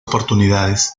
oportunidades